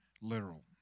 literal